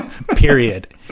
Period